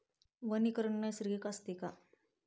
वनीकरण नैसर्गिक असते का?